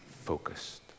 focused